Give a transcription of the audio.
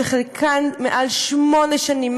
חלקן מעל שמונה שנים,